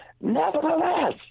Nevertheless